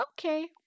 okay